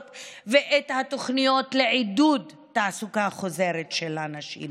המקצועיות והתוכניות לעידוד חזרה לתעסוקה לנשים?